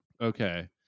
Okay